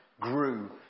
grew